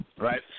Right